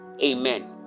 Amen